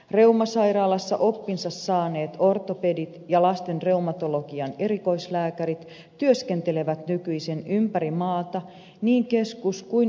reumasairaalassa oppinsa saaneet ortopedit ja lastenreumatologian erikoislääkärit työskentelevät nykyisin ympäri maata niin keskus kuin yliopistosairaaloissakin